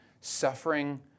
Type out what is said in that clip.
suffering